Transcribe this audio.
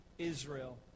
Israel